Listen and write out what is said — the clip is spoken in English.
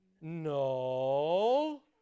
no